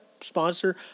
sponsor